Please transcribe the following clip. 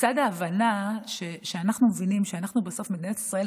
בצד ההבנה שאנחנו בסוף מדינת ישראל,